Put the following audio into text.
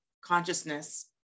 consciousness